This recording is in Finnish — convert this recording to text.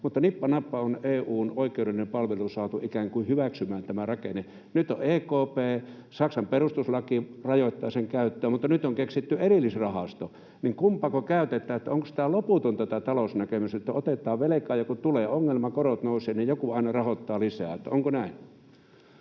mutta nippa nappa on EU:n oikeudellinen palvelu saatu ikään kuin hyväksymään tämä rakenne. Nyt on EKP — Saksan perustuslaki rajoittaa sen käyttöä — ja nyt on keksitty erillisrahasto, niin että kumpaako käytetään? Onko tämä loputonta, kun on tämä talousnäkemys, että otetaan velkaa ja kun tulee ongelma, korot nousevat, niin joku aina rahoittaa lisää? Onko näin?